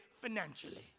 financially